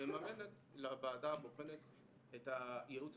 מממנת לוועדה הבוחנת את הייצוג המשפטי,